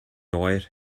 oer